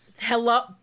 Hello